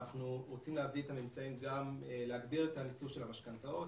ואנחנו רוצים גם להגביר את הניצול של המשכנתאות.